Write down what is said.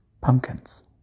pumpkins